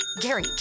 Gary